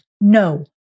No